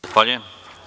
Zahvaljujem.